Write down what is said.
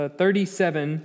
thirty-seven